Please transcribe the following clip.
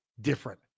different